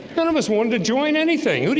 none of us wanted to join anything,